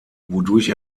wodurch